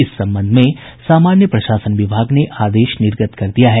इस संबंध में सामान्य प्रशासन विभाग ने आदेश निर्गत कर दिया है